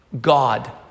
God